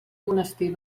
monestir